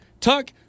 Tuck